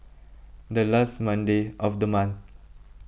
the last Monday of the month